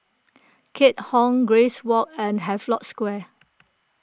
Keat Hong Grace Walk and Havelock Square